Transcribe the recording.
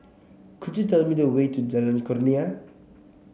could you tell me the way to Jalan Kurnia